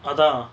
அதா:atha